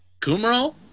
Kumro